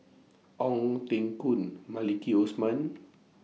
Ong Teng Koon Maliki Osman